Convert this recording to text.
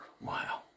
Wow